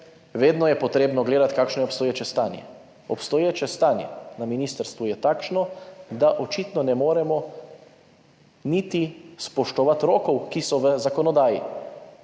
vedno potrebno gledati, kakšno je obstoječe stanje. Obstoječe stanje na ministrstvu je takšno, da očitno ne moremo niti spoštovati rokov, ki so v zakonodaji.